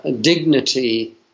dignity